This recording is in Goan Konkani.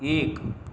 एक